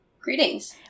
Greetings